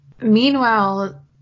Meanwhile